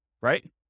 right